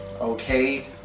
Okay